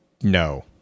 no